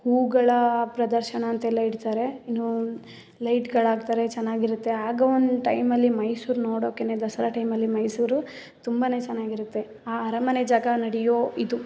ಹೂಗಳ ಪ್ರದರ್ಶನ ಅಂತೆಲ್ಲ ಇಡ್ತಾರೆ ಇನ್ನು ಲೈಟ್ಗಳಾಕ್ತಾರೆ ಚೆನ್ನಾಗಿರುತ್ತೆ ಆಗ ಒಂದು ಟೈಮಲ್ಲಿ ಮೈಸೂರು ನೋಡೋಕ್ಕೆ ದಸರಾ ಟೈಮಲ್ಲಿ ಮೈಸೂರು ತುಂಬ ಚೆನ್ನಾಗಿರುತ್ತೆ ಆ ಅರಮನೆ ಜಾಗ ನಡೆಯೋ ಇದು